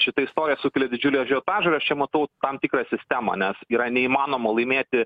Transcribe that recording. šitą istorija sukelia didžiulį ažiotažą aš čia matau tam tikrą sistemą nes yra neįmanoma laimėti